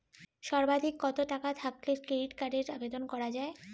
সর্বাধিক কত টাকা থাকলে ক্রেডিট কার্ডের আবেদন করা য়ায়?